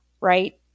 right